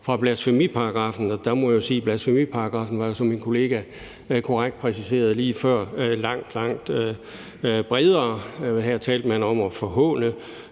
fra blasfemiparagraffen, og der må jeg sige, at blasfemiparagraffen altså var, hvad min kollega præciserede lige før, langt, langt bredere. Der talte man om at forhåne